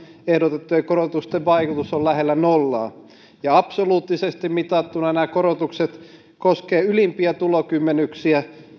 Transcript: ehdotettujen korotusten vaikutus on lähellä nollaa absoluuttisesti mitattuna nämä korotukset koskevat ylimpiä tulokymmenyksiä